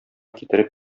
китереп